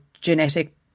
genetic